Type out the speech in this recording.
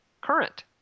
current